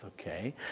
okay